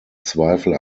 zweifel